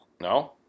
No